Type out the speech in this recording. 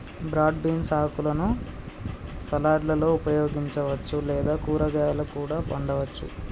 broad beans ఆకులను సలాడ్లలో ఉపయోగించవచ్చు లేదా కూరగాయాలా కూడా వండవచ్చు